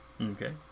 Okay